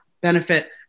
benefit